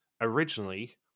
originally